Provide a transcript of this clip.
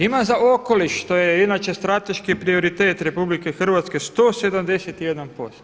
Ima za okoliš što je inače strateški prioritet RH 171%